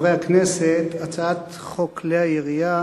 חברי הכנסת, הצעת חוק כלי הירייה